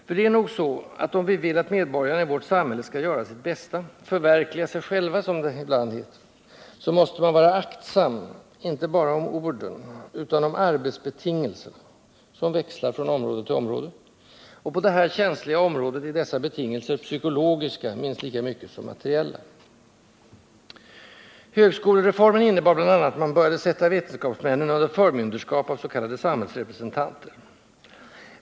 För det är nog så att om vi vill att medborgarna i vårt samhälle skall göra sitt bästa — förverkliga sig själva som det ibland heter —så måste man vara aktsam, inte bara om orden, utan om arbetsbetingelserna, som växlar från område till område, och på det här känsliga området är dessa betingelser psykologiska minst lika mycket som materiella. Högskolereformen innebar bl.a. att man började sätta vetenskapsmännen under förmynderskap av s.k. samhällsrepresentanter.